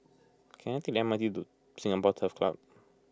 can I take the M R T to Singapore Turf Club